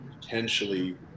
potentially